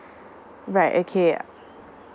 right okay